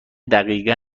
دقیقا